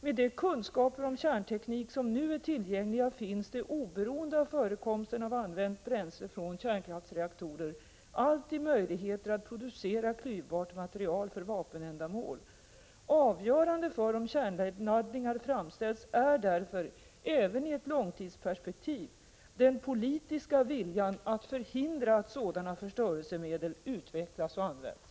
Med de kunskaper om kärnteknik som nu är tillgängliga finns det, oberoende av förekomsten av använt bränsle från kärnkraftsreaktorer, alltid möjligheter att producera klyvbart material för vapenändamål. Avgörande för om kärnladdningar framställs är därför, även i ett långt tidsperspektiv, den politiska viljan att förhindra att sådana förstörelsemedel utvecklas och används.